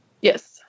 Yes